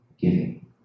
giving